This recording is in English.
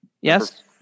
Yes